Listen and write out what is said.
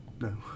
No